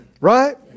right